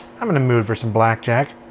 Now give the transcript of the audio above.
i'm in the mood for some blackjack.